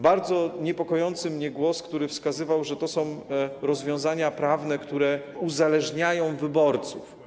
Bardzo niepokojący mnie głos wskazywał, że to są rozwiązania prawne, które uzależniają wyborców.